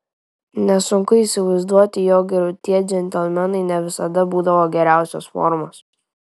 nesunku įsivaizduoti jog ir tie džentelmenai ne visada būdavo geriausios formos